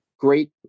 Great